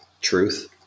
truth